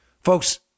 Folks